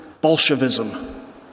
Bolshevism